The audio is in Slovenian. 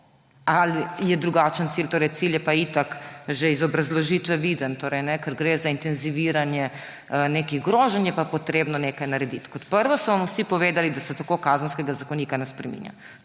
ali je drugačen cilj? Cilj je pa itak že iz obrazložitve viden – torej ker gre za intenziviranje nekih groženj, je pa potrebno nekaj narediti. Kot prvo so vam vsi povedali, da se tako Kazenskega zakonika ne spreminja.